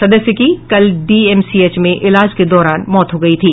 सदस्य की कल डीएमसीएच में इलाज के दौरान मौत हो गयी थी